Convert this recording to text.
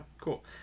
cool